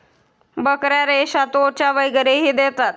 बकऱ्या रेशा, त्वचा वगैरेही देतात